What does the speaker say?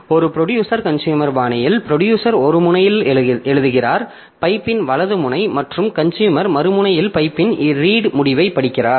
ஒரு producer consumer பாணியில் producer ஒரு முனையில் எழுதுகிறார் பைப்பின் வலது முனை மற்றும் கன்சுயூமர் மறு முனையிலிருந்து பைப்பின் ரீட் முடிவைப் படிக்கிறார்கள்